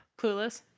Clueless